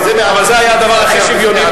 אבל זה היה הדבר הכי שוויוני.